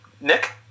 Nick